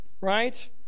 right